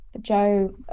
Joe